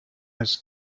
his